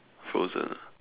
frozen ah